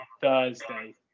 Thursday